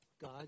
God